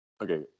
okay